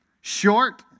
Short